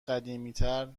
قدیمیتر